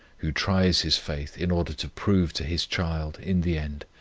who tries his faith in order to prove to his child, in the end,